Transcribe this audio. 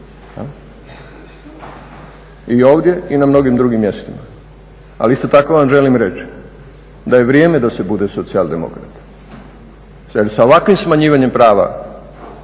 i ovdje i na mnogim drugim mjestima, ali isto tako vam želim reći da je vrijeme da se bude socijal demokrat jer sa ovakvim smanjivanjem prava